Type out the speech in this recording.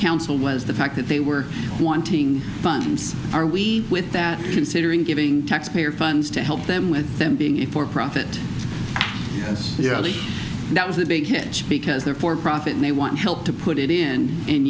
council was the fact that they were wanting funds are we with that considering giving taxpayer funds to help them with them being a for profit that was the big hit because they're for profit and they want help to put it in and